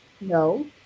no